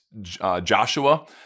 Joshua